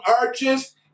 Arches